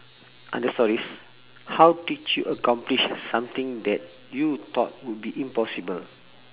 under stories how did you accomplish something that you thought would be impossible